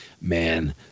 man